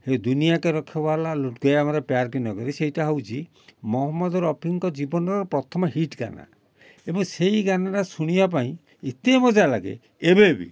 ହେ ଦୁନିଆକା ରଖବାଲା ଲୁଟ୍ ଗେୟା ମେରା ପ୍ୟାର କେ ନଗରୀ ସେଇଟା ହେଉଛି ମହମ୍ମଦ ରଫିଙ୍କ ଜୀବନର ପ୍ରଥମ ହିଟ୍ ଗାନା ଏବଂ ସେହି ଗାନାଟା ଶୁଣିବା ପାଇଁ ଏତେ ମଜା ଲାଗେ ଏବେ ବି